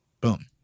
boom